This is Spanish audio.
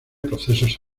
procesos